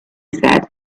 said